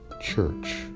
church